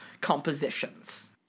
compositions